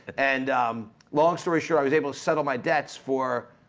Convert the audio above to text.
and long story short i was able to settle my debts for